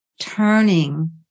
turning